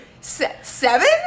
seven